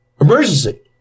Emergency